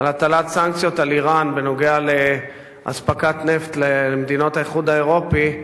על הטלת סנקציות על אירן בנוגע לאספקת נפט למדינות האיחוד האירופי,